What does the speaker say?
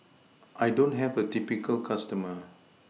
I don't have a typical customer